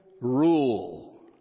rule